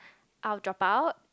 I will drop out